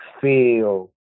feel